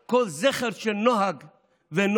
הרצון שלנו הוא לעסוק בעשייה,